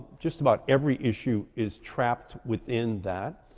just about every issue is trapped within that.